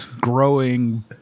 growing